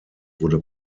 wurde